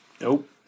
Nope